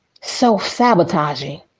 Self-sabotaging